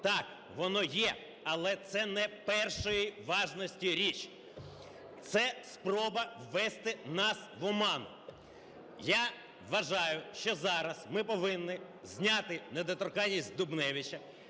так, воно є, але це не першої важності річ. Це спроба ввести нас в оману. Я вважаю, що зараз ми повинні зняти недоторканність з Дубневича.